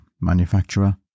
manufacturer